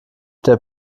der